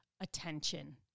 attention